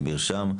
ל"מרשם"